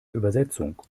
übersetzung